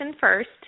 first